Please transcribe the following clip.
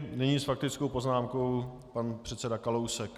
Nyní s faktickou poznámkou pan předseda Kalousek.